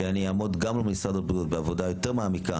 ואני אעמוד מול משרד הבריאות בעבודה יותר מעמיקה